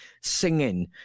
singing